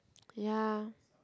ya